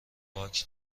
پارک